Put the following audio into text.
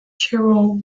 tyrol